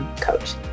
coach